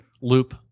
loop